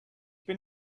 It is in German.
bin